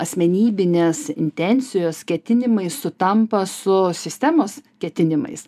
asmenybinės intencijos ketinimai sutampa su sistemos ketinimais